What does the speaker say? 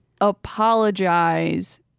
apologize